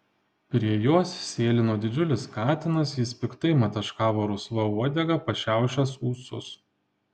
prie jos sėlino didžiulis katinas jis piktai mataškavo rusva uodega pašiaušęs ūsus